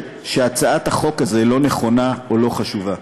שהצעת החוק הזאת לא נכונה או לא חשובה.